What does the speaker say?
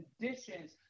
conditions